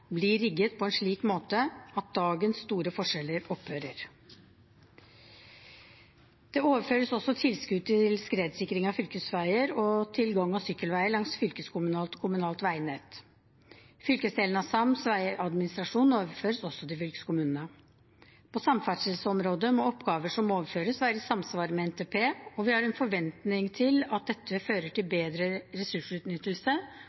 blir rigget på en slik måte at dagens store forskjeller opphører. Det overføres også tilskudd til skredsikring av fylkesveier og til gang- og sykkelveier langs fylkeskommunalt/kommunalt veinett. Fylkesdelen av sams veiadministrasjon overføres også til fylkeskommunene. På samferdselsområdet må oppgaver som overføres, være i samsvar med NTP, og vi har en forventning til at dette fører til